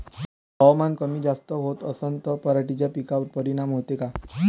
हवामान कमी जास्त होत असन त पराटीच्या पिकावर परिनाम होते का?